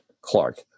Clark